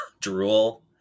Drool